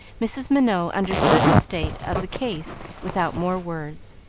mrs. minot understood the state of the case without more words.